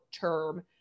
term